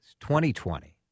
2020